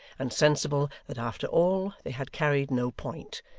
and sensible that after all they had carried no point,